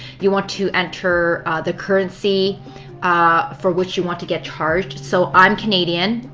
you want to enter the currency for which you want to get charged. so i am canadian,